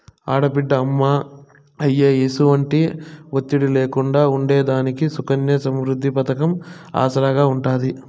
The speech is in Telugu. ఆడబిడ్డ అమ్మా, అయ్య ఎసుమంటి ఒత్తిడి లేకుండా ఉండేదానికి సుకన్య సమృద్ది పతకం ఆసరాగా ఉంటాది